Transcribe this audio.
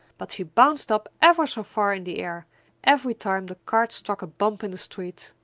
but she bounced up ever so far in the air every time the cart struck a bump in the street.